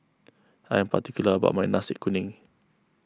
I am particular about my Nasi Kuning